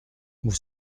vous